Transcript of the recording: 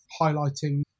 highlighting